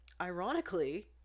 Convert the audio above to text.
ironically